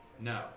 no